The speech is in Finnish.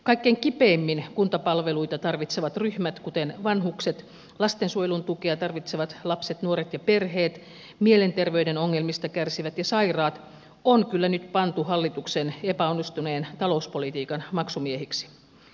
kaikkein kipeimmin kuntapalveluita tarvitsevat ryhmät kuten vanhukset lastensuojelun tukea tarvitsevat lapset nuoret ja perheet mielenterveyden ongelmista kärsivät ja sairaat on kyllä nyt pantu hallituksen epäonnistuneen talouspolitiikan maksumiehiksi